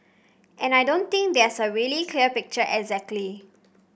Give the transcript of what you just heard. and I don't think there's a really clear picture exactly